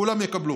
כולם יקבלו.